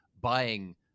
buying